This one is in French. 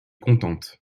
contente